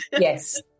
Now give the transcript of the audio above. yes